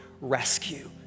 rescue